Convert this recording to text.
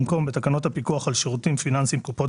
במקום "בתקנות הפיקוח על שירותים פיננסיים (קופות